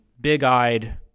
big-eyed